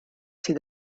see